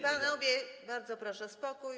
Panowie, bardzo proszę o spokój.